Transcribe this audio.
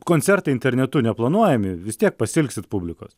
koncertai internetu neplanuojami vis tiek pasiilgsit publikos